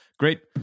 great